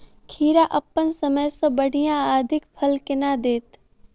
खीरा अप्पन समय सँ बढ़िया आ अधिक फल केना देत?